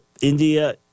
India